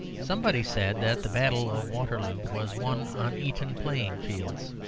somebody said that the battle of waterloo was won on eton playing-fields.